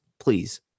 Please